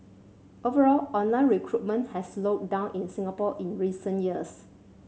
overall online recruitment has slowed down in Singapore in recent years